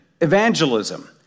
evangelism